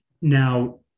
Now